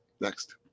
next